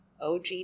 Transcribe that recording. OG